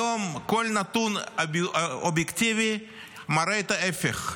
היום כל נתון אובייקטיבי מראה את ההפך.